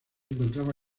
encontraba